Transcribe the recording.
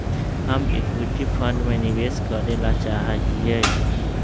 हम equity fund में निवेश करे ला चाहा हीयी